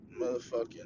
Motherfucking